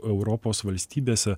europos valstybėse